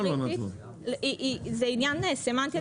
זה עניין סימנתי.